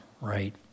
right